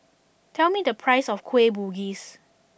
tell me the price of Kueh Bugis